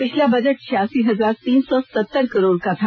पिछला बजट छियासी हजार तीन सौ सत्तर करोड़ का था